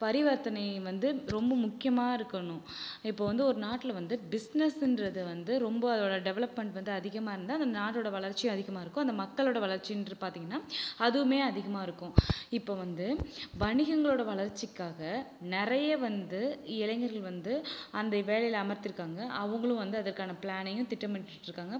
பரிவர்த்தனை வந்து ரொம்ப முக்கியமாக இருக்கணும் இப்போ வந்து ஒரு நாட்டில் வந்து பிஸ்னஸ்ன்றது வந்து ரொம்ப அதோட டெவலப்மென்ட் வந்து அதிகமாக இருந்தால் அந்த நாட்டோட வளர்ச்சியும் அதிகமாக இருக்கும் அந்த மக்களோட வளர்ச்சின்னு பார்த்தீங்கனா அதுவுமே அதிகமாக இருக்கும் இப்போ வந்து வணிகங்களோட வளர்ச்சிக்காக நிறைய வந்து இளைஞர்கள் வந்து அந்த வேலையில் அமர்த்திருக்காங்க அவங்களும் வந்து அதற்கான ப்ளானிங்கை திட்டமிட்டுகிட்டு இருக்காங்க